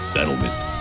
Settlement